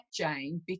Jane